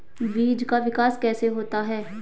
बीज का विकास कैसे होता है?